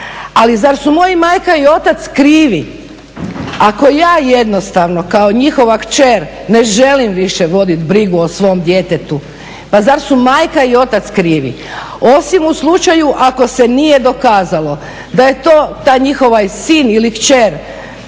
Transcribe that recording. Ali zar su moji majka i otac krivi ako ja jednostavno kao njihova kćer ne želim više voditi brigu o svom djetetu? Pa zar su majka i otac krivi? Osim u slučaju ako se nije dokazalo da taj njihov sin ili kćer